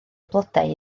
blodau